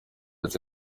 ati